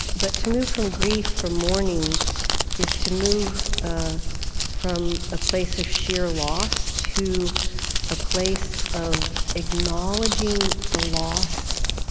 but to move from grief from mourning is to move from a place of sheer loss to a place of acknowledging the loss,